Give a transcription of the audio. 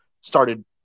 started